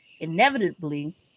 inevitably